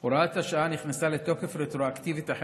הוראת השעה נכנסה לתוקף רטרואקטיבית החל